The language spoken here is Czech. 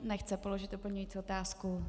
Nechce položit doplňující otázku.